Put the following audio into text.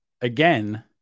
again